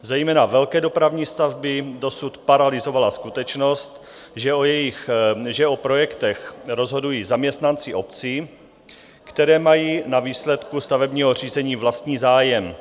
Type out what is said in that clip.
Zejména velké dopravní stavby dosud paralyzovala skutečnost, že o projektech rozhodují zaměstnanci obcí, které mají na výsledku stavebního řízení vlastní zájem.